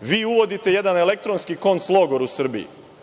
Vi, uvodite jedan elektronski konc logor u Srbiji. Prvo